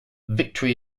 victory